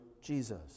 Jesus